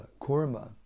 Kurma